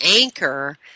anchor